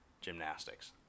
gymnastics